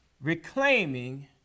reclaiming